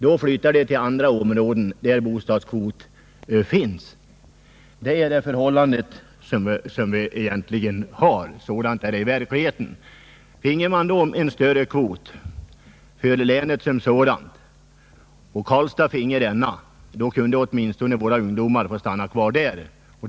Då flyttar de till andra områden, där bostadskvoten är högre. Så är förhållandet i verkligheten. Om man finge en större kvot för länet som sådant och Karlstad finge disponera denna, kunde ungdomarna få stanna kvar åtminstone där.